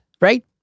right